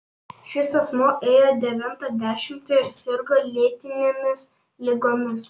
šis asmuo ėjo devintą dešimtį ir sirgo lėtinėmis ligomis